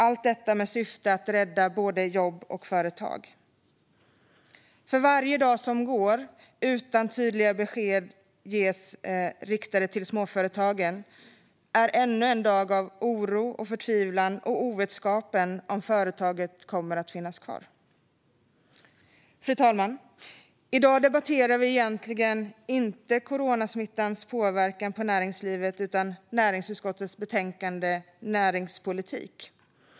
Allt detta är i syfte att rädda både jobb och företag. Varje dag utan tydliga besked till småföretagarna blir för dem ännu en dag av oro och förtvivlan och utan vetskap om företaget kommer att finnas kvar. Fru talman! I dag debatterar vi egentligen inte coronasmittans påverkan på näringslivet utan näringsutskottets betänkande Näringspolitik .